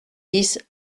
dix